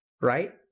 Right